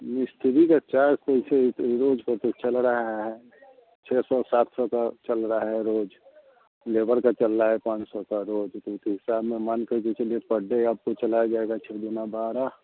मिस्त्री का चार्ज तो वैसे रोज़ का जो चल रहा है छः सौ सात सौ का चल रहा है रोज़ लेबर का चल रहा है पाँच सौ का रोज़ तप उस हिसाब में मान करके चलिए पर आपका चला जाएगा छः दूना बारह